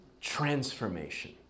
transformation